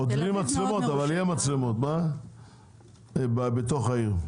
עוד בלי מצלמות אבל יהיו מצלמות בתוך העיר.